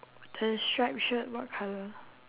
the stripe shirt what colour